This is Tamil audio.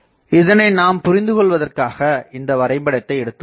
இதனை நாம் புரிந்து கொள்வதற்காக இந்த வரைபடத்தை எடுத்துக்கொள்வோம்